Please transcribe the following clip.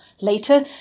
later